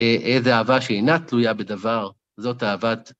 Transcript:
איזו אהבה שאינה תלויה בדבר, זאת אהבת...